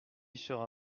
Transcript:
sera